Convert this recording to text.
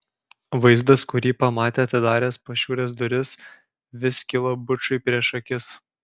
vaizdas kurį pamatė atidaręs pašiūrės duris vis kilo bučui prieš akis